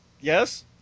Yes